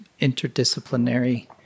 interdisciplinary